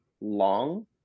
long